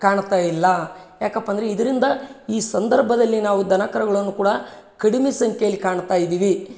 ಕಾಣ್ತಾ ಇಲ್ಲ ಯಾಕಪ್ಪ ಅಂದ್ರೆ ಇದರಿಂದ ಈ ಸಂದರ್ಭದಲ್ಲಿ ನಾವು ದನ ಕರುಗಳನ್ನು ಕೂಡ ಕಡಿಮೆ ಸಂಖ್ಯೆಯಲ್ಲಿ ಕಾಣ್ತಾ ಇದ್ದೀವಿ